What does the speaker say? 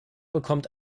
bekommt